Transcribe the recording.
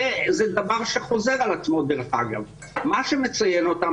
וזה דבר שחוזר על עצמו מה שמציין אותם,